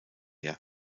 her